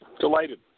Delighted